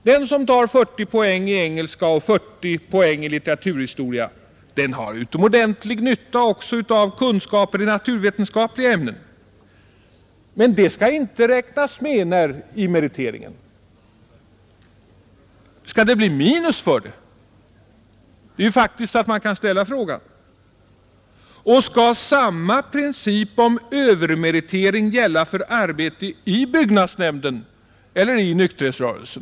Den som tar 40 poäng i engelska och 40 poäng i litteraturhistoria har utomordentlig nytta också av kunskaper i naturvetenskapliga ämnen, Men de skall inte räknas med i meriteringen, Skall det bli minus för dem? Man kan faktiskt ställa den frågan, Och skall samma princip om övermeritering gälla för arbete i byggnadsnämnd eller inom nykterhetsrörelsen?